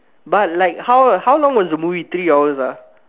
but like how how long was the movie three hours ah